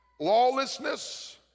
lawlessness